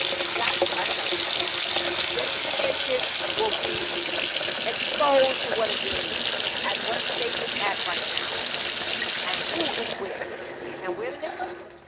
so that's what i tell people. gentrification will be exposed for what it really is and what state it's at right now and who is where and where did it come from.